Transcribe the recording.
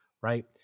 right